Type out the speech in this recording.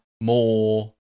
more